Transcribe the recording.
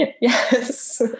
yes